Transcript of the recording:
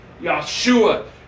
Yahshua